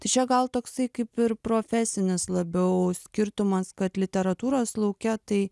tai čia gal toksai kaip ir profesinis labiau skirtumas kad literatūros lauke tai